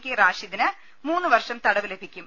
K റാഷിദിന് മൂന്നുവർഷം തടവ് ലഭിക്കും